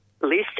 list